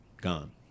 gone